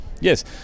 Yes